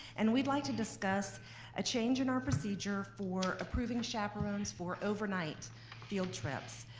and we'd like to discuss a change in our procedure for approving chaperones for overnight field trips.